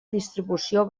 distribució